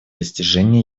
достижения